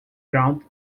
ground